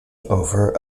over